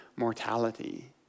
mortality